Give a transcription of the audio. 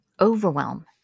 Overwhelm